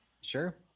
Sure